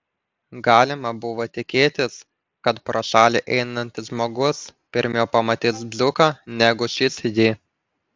galima buvo tikėtis kad pro šalį einantis žmogus pirmiau pamatys dzūką negu šis jį